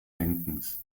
denkens